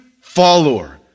follower